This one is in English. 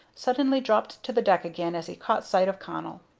suddenly dropped to the deck again as he caught sight of connell.